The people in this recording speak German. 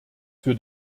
für